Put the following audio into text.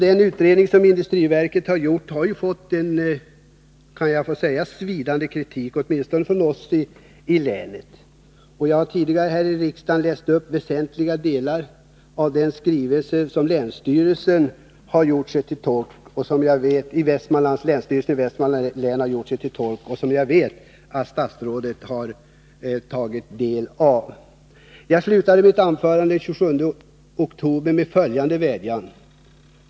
Den utredning som industriverket gjort har ju fått en svidande kritik, åtminstone från oss i länet. Jag har tidigare här i riksdagen läst upp väsentliga delar av en skrivelse från länsstyrelsen i Västmanlands län och som jag vet att statsrådet tagit del av. Jag slutade mitt anförande den 27 oktober med följande vädjan.